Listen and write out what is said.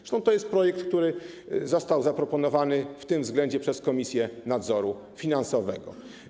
Zresztą to jest projekt, który został zaproponowany w tym względzie przez Komisję Nadzoru Finansowego.